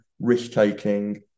risk-taking